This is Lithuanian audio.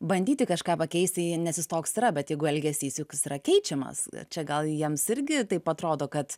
bandyti kažką pakeisti nes jis toks yra bet jeigu elgesys juk jis yra keičiamas čia gal jiems irgi taip atrodo kad